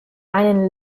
einen